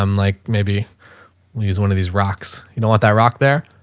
um like maybe we'll use one of these rocks. you don't want that rock there.